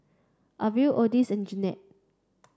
Arvel Odis and Janette